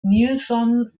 nielson